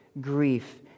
grief